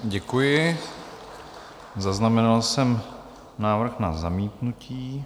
Děkuji, zaznamenal jsem návrh na zamítnutí.